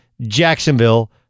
Jacksonville